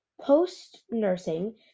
Post-nursing